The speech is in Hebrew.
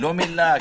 לא מילא...